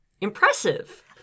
impressive